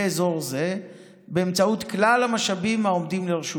אזור זה באמצעות כלל המשאבים העומדים לרשותם.